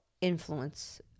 influence